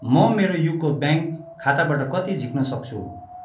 म मेरो UCO bank खाताबाट कति झिक्न सक्छु